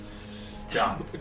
Stop